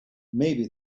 maybe